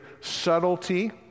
subtlety